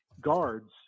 guards